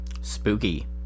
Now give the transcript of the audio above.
Spooky